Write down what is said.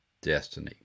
destiny